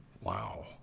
Wow